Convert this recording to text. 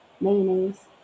mayonnaise